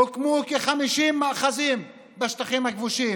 הוקמו כ-50 מאחזים בשטחים הכבושים.